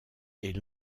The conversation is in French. est